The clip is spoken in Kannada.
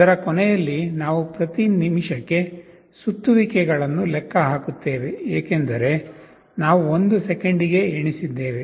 ಅದರ ಕೊನೆಯಲ್ಲಿ ನಾವು ಪ್ರತಿ ನಿಮಿಷಕ್ಕೆ ಸುತ್ತುವಿಕೆಗಳನ್ನು ಲೆಕ್ಕ ಹಾಕುತ್ತೇವೆ ಏಕೆಂದರೆ ನಾವು 1 ಸೆಕೆಂಡಿಗೆ ಎಣಿಸಿದ್ದೇವೆ